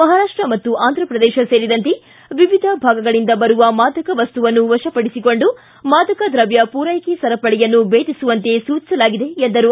ಮಹಾರಾಷ್ಷ ಮತ್ತು ಆಂಧ್ರಪ್ರದೇಶ ಸೇರಿದಂತೆ ವಿವಿಧ ಭಾಗಗಳಿಂದ ಬರುವ ಮಾದಕ ವಸ್ತುವನ್ನು ಮಶಪಡಿಸಿಕೊಂಡು ಮಾದಕ ದ್ರವ್ಯ ಪೂರೈಕೆ ಸರಪಳಿಯನ್ನು ಬೇಧಿಸುವಂತೆ ಸೂಚಿಸಲಾಗಿದೆ ಎಂದರು